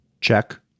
check